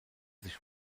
sich